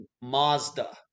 Mazda